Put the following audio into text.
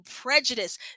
prejudice